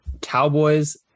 Cowboys